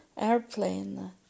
airplane